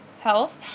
health